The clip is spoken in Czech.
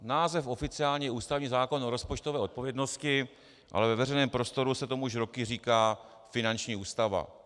Název oficiální je ústavní zákon o rozpočtové odpovědnosti, ve veřejném prostoru se tomu už roky říká finanční ústava.